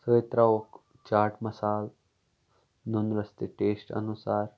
سۭتۍ تراووکھ چاٹ مسالہٕ نُنہٕ رَژھ تہِ ٹیسٹ انوسار